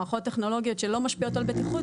מערכות טכנולוגיות שלא משפיעות על בטיחות,